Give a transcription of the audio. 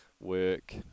work